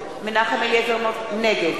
נגד